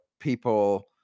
people